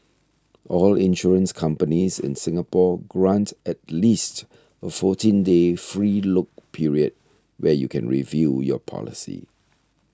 all insurance companies in Singapore grant at least a fourteen day free look period where you can review your policy